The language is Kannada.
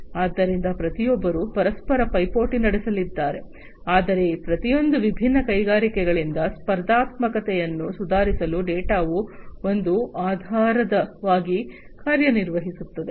ಆದ್ದರಿಂದ ಪ್ರತಿಯೊಬ್ಬರೂ ಪರಸ್ಪರ ಪೈಪೋಟಿ ನಡೆಸಲಿದ್ದಾರೆ ಆದರೆ ಈ ಪ್ರತಿಯೊಂದು ವಿಭಿನ್ನ ಕೈಗಾರಿಕೆಗಳಿಂದ ಸ್ಪರ್ಧಾತ್ಮಕತೆಯನ್ನು ಸುಧಾರಿಸಲು ಡೇಟಾವು ಒಂದು ಆಧಾರವಾಗಿ ಕಾರ್ಯನಿರ್ವಹಿಸುತ್ತದೆ